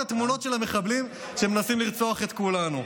התמונות של המחבלים שמנסים לרצוח את כולנו.